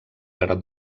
per